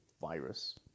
virus